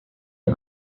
you